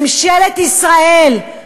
ממשלת ישראל,